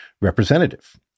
representative